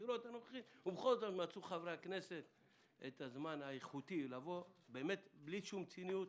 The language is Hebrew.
ובכל זאת מצאו חברי הכנסת את הזמן האיכותי לבוא בלי ציניות.